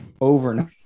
Overnight